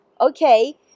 okay